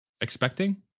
Expecting